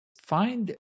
find